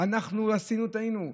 אנחנו עשינו וטעינו.